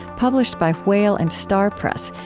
published by whale and star press,